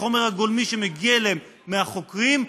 החומר הגולמי שמגיע אליהם מהחוקרים,